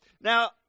Now